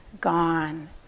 gone